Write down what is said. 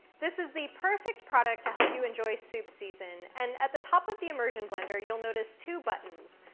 this is the perfect product to help you enjoy soup season. and at the top of the immersion blender, you'll notice two buttons,